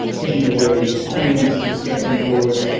hidden away behind skirting boards,